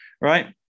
right